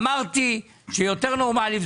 אמרתי שיותר נורמלי,